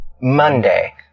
Monday